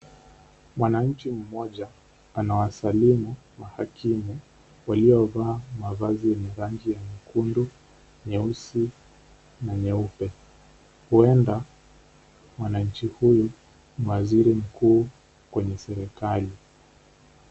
Mwanamke mmoja anawasalimu mahakimu waliovaa mavazi ya rangi nyekundu na nyeupe huenda mwananchi huyu ni waziri mkuu kwenye serikali.